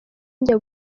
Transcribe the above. njya